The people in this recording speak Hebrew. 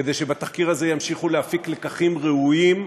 כדי שבתחקיר הזה ימשיכו להפיק לקחים ראויים,